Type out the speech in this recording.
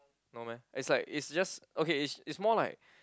no meh it's like it's just okay it it's more like